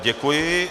Děkuji.